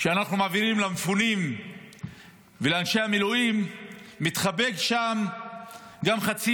שאנחנו מעבירים למפונים ולאנשי המילואים מתחבא גם חצי